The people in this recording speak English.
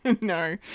No